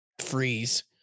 freeze